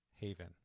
Haven